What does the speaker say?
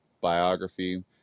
biography